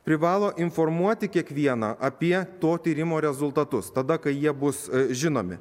privalo informuoti kiekvieną apie to tyrimo rezultatus tada kai jie bus žinomi